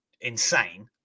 insane